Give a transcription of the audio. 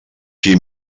qui